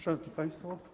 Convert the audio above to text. Szanowni Państwo!